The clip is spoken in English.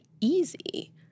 easy